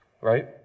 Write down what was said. Right